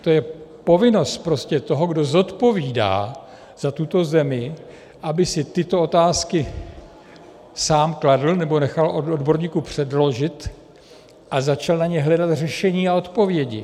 To je povinnost prostě toho, kdo zodpovídá za tuto zemi, aby si tyto otázky sám kladl nebo nechal od odborníků předložit a začal na ně hledat řešení a odpovědi.